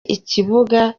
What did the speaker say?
ikibuga